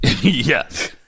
yes